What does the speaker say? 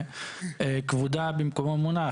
כבודה במקומה מונח,